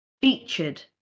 featured